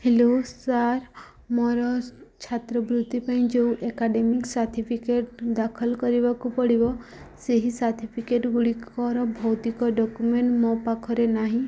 hello sir ମୋର ଛାତ୍ରବୃତ୍ତି ପାଇଁ ଯେଉଁ ଏକାଡ଼େମି ସାର୍ଟିଫିକେଟ୍ ଦାଖଲ କରିବାକୁ ପଡ଼ିବ ସେହି ସାର୍ଟିିଫିକେଟ୍ ଗୁଡ଼ିକର ଭୌତିକ ଡକ୍ୟୁମେଣ୍ଟ୍ ମୋ ପାଖରେ ନାହିଁ